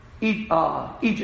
Egypt